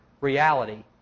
reality